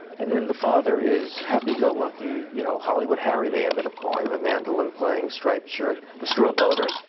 and then the father is happy go lucky, you know, hollywood harry they ended up calling him. the mandolin playing stripped shirt, the straw boater.